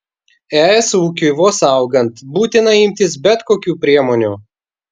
es ūkiui vos augant būtina imtis bet kokių priemonių